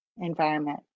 environment